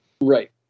Right